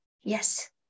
Yes